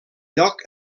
lloc